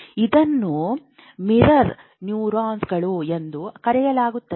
ಇದನ್ನು ಮಿರರ್ ನ್ಯೂರಾನ್ಗಳು ಎಂದು ಕರೆಯಲಾಗುತ್ತದೆ